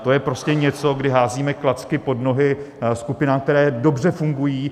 To je prostě něco, kdy házíme klacky pod nohy skupinám, které dobře fungují.